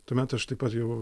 tuomet aš taip pat jau